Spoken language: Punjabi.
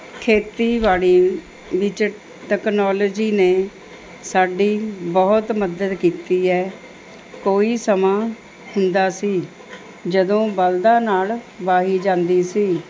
ਖੇਤੀਬਾੜੀ ਵਿੱਚ ਟੈਕਨੋਲੇਜੀ ਨੇ ਸਾਡੀ ਬਹੁਤ ਮਦਦ ਕੀਤੀ ਹੈ ਕੋਈ ਸਮਾਂ ਹੁੰਦਾ ਸੀ ਜਦੋਂ ਬਲਦਾਂ ਨਾਲ ਵਾਹੀ ਜਾਂਦੀ ਸੀ